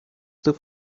the